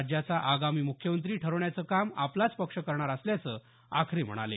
राज्याचा आगामी मुख्यमंत्री ठरवण्याचं काम आपलाच पक्ष करणार असल्याचं आखरे म्हणाले